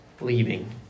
leaving